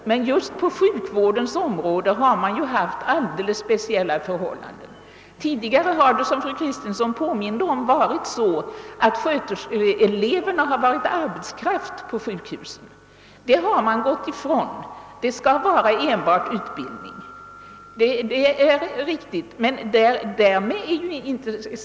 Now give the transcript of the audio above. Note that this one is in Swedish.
Men just på sjukvårdens område har man haft alldeles speciella förhållanden. Tidigare har, som fru Kristensson påminde om, sjuksköterskeeleverna varit arbetskraft på sjukhusen. Detta har man nu gått ifrån. Utbildningstiden skall anslås enbart till utbildning.